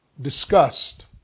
discussed